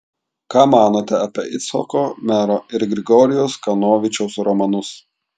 ką manote apie icchoko mero ir grigorijaus kanovičiaus romanus